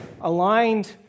aligned